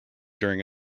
during